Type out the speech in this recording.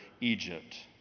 Egypt